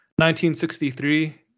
1963